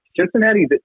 Cincinnati